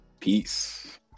Peace